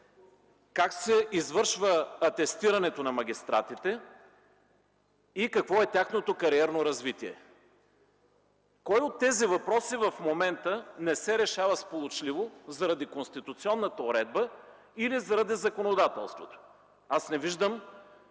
„Как се извършва атестирането на магистратите?”, „Какво е тяхното кариерно развитие?”. Кой от тези въпроси в момента не се решава сполучливо заради конституционната уредба или заради законодателството? Аз не виждам